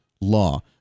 law